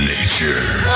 Nature